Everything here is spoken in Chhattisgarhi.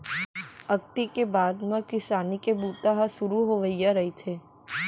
अक्ती के बाद म किसानी के बूता ह सुरू होवइया रहिथे